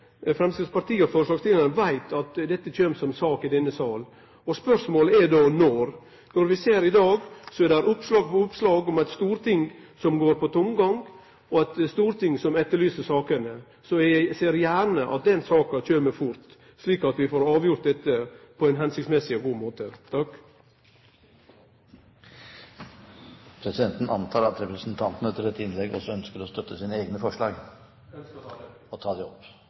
Framstegspartiet og forslagsstillarane veit at dette kjem som eiga sak i denne salen. Spørsmålet er då: når? Vi ser i dag at det er oppslag på oppslag om eit storting som går på tomgang, og at Stortinget etterlyser saker, så eg ser gjerne at denne saka kjem fort, slik at vi får avgjort dette på ein hensiktsmessig og god måte. Presidenten antar at representanten etter dette innlegg også ønsker å støtte sine egne forslag og ta dem opp. Det ønskjer eg! Representanten Oskar Jarle Grimstad har dermed tatt opp